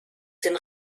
den